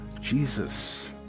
Jesus